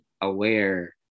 aware